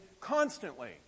constantly